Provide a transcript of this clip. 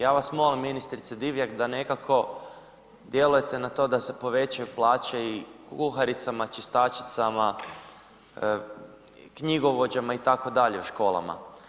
Ja vas molim, ministrice Divjak da nekako djelujete na to da se povećaju plaće i kuharicama, čistačicama, knjigovođama, itd. u školama.